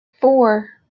four